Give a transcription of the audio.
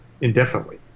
indefinitely